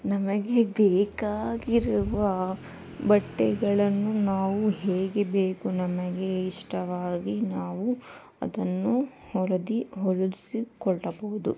ನಮಗೆ ಬೇಕಾಗಿರುವ ಬಟ್ಟೆಗಳನ್ನು ನಾವು ಹೇಗೆ ಬೇಕೋ ನಮಗೆ ಇಷ್ಟವಾಗಿ ನಾವು ಅದನ್ನು ಹೊಲದ ಹೊಲಿಸಿಕೊಳ್ಳಬಹುದು